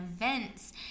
events